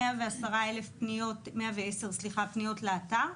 110,000 פניות לאתר.